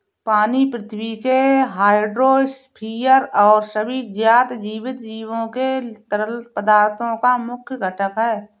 पानी पृथ्वी के हाइड्रोस्फीयर और सभी ज्ञात जीवित जीवों के तरल पदार्थों का मुख्य घटक है